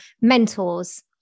mentors